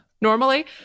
Normally